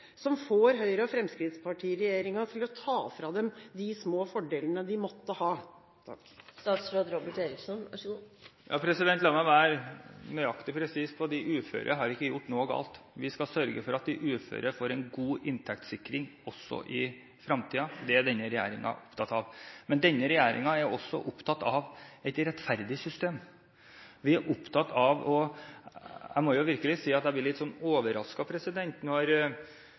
som får Høyre–Fremskrittsparti-regjeringa til å ta fra dem de små fordelene de måtte ha? La meg være nøyaktig presis på at de uføre ikke har gjort noe galt. Vi skal sørge for at de uføre får en god inntektssikring også i fremtiden. Det er denne regjeringen opptatt av. Men denne regjeringen er også opptatt av et rettferdig system. Jeg må virkelig si at jeg blir litt